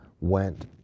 went